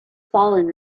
fallen